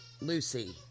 Lucy